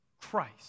Christ